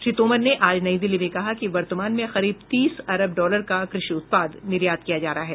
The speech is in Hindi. श्री तोमर ने आज नई दिल्ली में कहा कि वर्तमान में करीब तीस अरब डालर का कृषि उत्पाद निर्यात किया जा रहा है